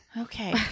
Okay